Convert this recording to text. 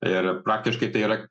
ir praktiškai tai yra